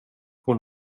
hon